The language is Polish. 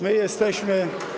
My jesteśmy.